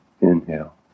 inhale